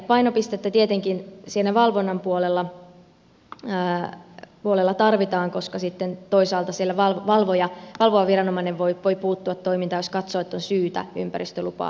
painopistettä tietenkin siinä valvonnan puolella tarvitaan koska toisaalta siellä valvova viranomainen voi puuttua toimintaan jos katsoo että on syytä ympäristölupaa tarkistaa